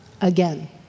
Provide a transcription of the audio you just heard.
again